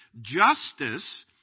Justice